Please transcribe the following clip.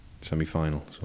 semi-final